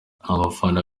abafana